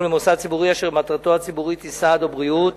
למוסד ציבורי אשר מטרתו הציבורית היא סעד או בריאות